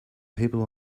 people